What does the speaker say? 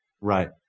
Right